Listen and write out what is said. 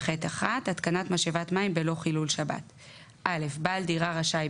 "התקנת משאבת מים בלא חילול שבת 59ח1. (א)בעל דירה רשאי,